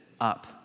up